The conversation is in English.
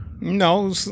No